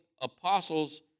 apostles